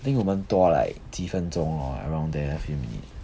I think 我们多 like 几分钟 around there a few minute